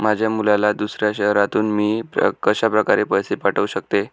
माझ्या मुलाला दुसऱ्या शहरातून मी कशाप्रकारे पैसे पाठवू शकते?